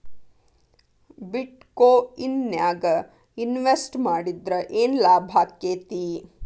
ಬಿಟ್ ಕೊಇನ್ ನ್ಯಾಗ್ ಇನ್ವೆಸ್ಟ್ ಮಾಡಿದ್ರ ಯೆನ್ ಲಾಭಾಕ್ಕೆತಿ?